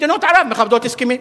מדינות ערב מכבדות הסכמים.